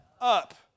Up